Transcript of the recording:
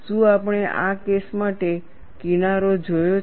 શું આપણે આ કેસ માટે કિનારો જોયો છે